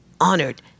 honored